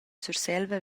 surselva